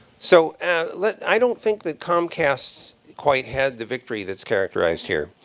so ah like i don't think that comcast quite had the victory that's characterized here.